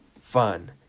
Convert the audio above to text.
fun